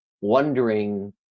wondering